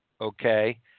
okay